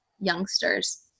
youngsters